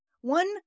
one